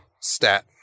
stat